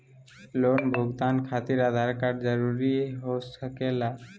Loan भुगतान खातिर Aadhaar card जरूरी हो सके ला?